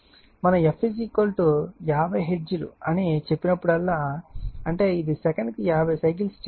మనం f 50 hertz అని చెప్పినప్పుడల్లా అంటే ఇది సెకనుకు 50 సైకిల్స్ చేస్తుంది